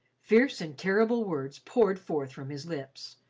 fierce and terrible words poured forth from his lips.